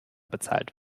bezahlt